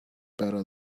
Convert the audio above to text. better